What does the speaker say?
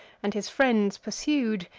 and his friends pursued,